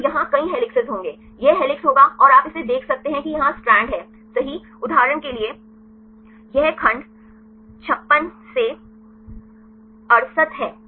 तो यहां कई हेलिसेस होंगे यह हेलिक्स होगा और आप इसे देख सकते हैं कि यहां स्ट्रैंड हैसही उदाहरण के लिए यह खंड 56 से 68 है